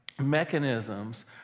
mechanisms